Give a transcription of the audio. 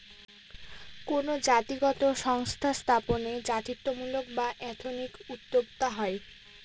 কোনো জাতিগত সংস্থা স্থাপনে জাতিত্বমূলক বা এথনিক উদ্যোক্তা হয়